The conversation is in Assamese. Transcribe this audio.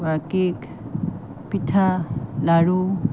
বা কেক পিঠা লাড়ু